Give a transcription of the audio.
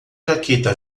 jaqueta